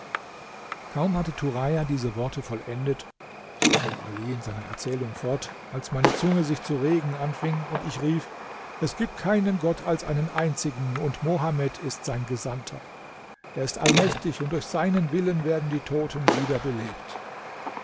kaum hatte turaja diese worte vollendet so fuhr ali in seiner erzählung fort als meine zunge sich zu regen anfing und ich rief es gibt keinen gott als einen einzigen und mohammed ist sein gesandter er ist allmächtig und durch seinen willen werden die toten wieder belebt